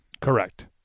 Correct